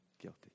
guilty